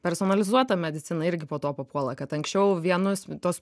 personalizuota medicina irgi po tuo papuola kad anksčiau vienus tuos